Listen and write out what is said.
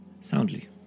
soundly